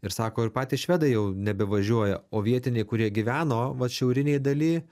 ir sako ir patys švedai jau nebevažiuoja o vietiniai kurie gyveno šiaurinėj daly